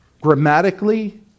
grammatically